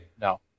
No